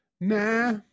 nah